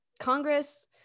Congress